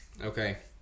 Okay